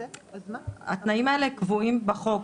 התנאים האלו קבועים בחוק,